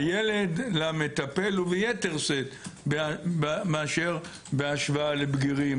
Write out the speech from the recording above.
הילד למטפל וביתר בשאת מאשר בהשוואה לבגירים,